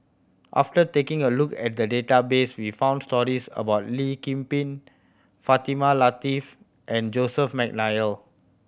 after taking a look at the database we found stories about Lee Kip Lin Fatimah Lateef and Joseph McNally